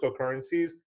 cryptocurrencies